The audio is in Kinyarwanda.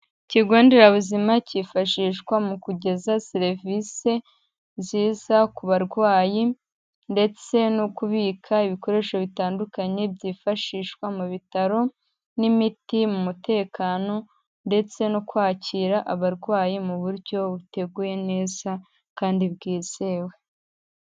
Ikigo nderabuzima cyifashishwa mu kugeza serivise nziza ku barwayi ndetse no kubika ibikoresho bitandukanye, byifashishwa mu bitaro n'imiti mu mutekano ndetse no kwakira abarwayi mu buryo buteguye neza kandi bwizewe.